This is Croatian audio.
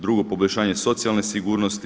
Drugo, poboljšanje socijalne sigurnosti.